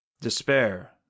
despair